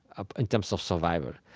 ah in terms of survival.